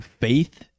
faith